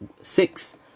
six